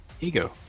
Ego